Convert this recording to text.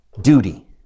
Duty